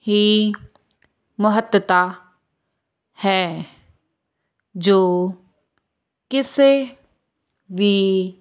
ਹੀ ਮਹੱਤਤਾ ਹੈ ਜੋ ਕਿਸੇ ਵੀ